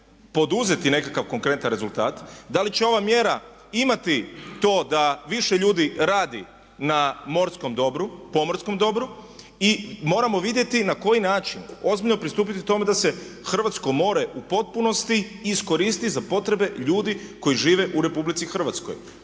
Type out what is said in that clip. poduzeti nekakav konkretan rezultat, da li će ova mjera imati to da više ljudi radi na morskom dobru, pomorskom dobru. I moramo vidjeti na koji način ozbiljno pristupiti tome da se hrvatsko more u potpunosti iskoristi za potrebe ljudi koji žive u RH.